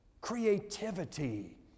creativity